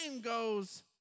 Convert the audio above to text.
goes